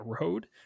road